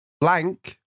Blank